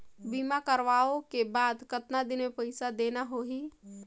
बीमा करवाओ के बाद कतना दिन मे पइसा देना हो ही?